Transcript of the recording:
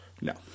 No